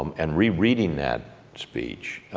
um and rereading that speech,